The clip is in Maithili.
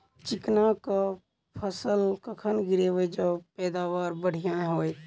चिकना कऽ फसल कखन गिरैब जँ पैदावार बढ़िया होइत?